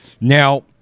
Now